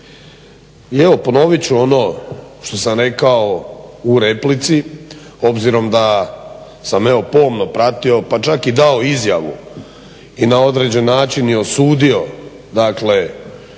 I evo, ponovit ću ono što sam rekao u replici, obzirom da sam evo pomno pratio, pa čak i dao izjavu i na određen način i osudio, dakle